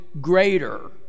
greater